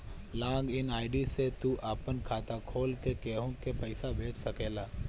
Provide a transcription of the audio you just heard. log in ID से तू आपन खाता खोल के केहू के पईसा भेज सकेला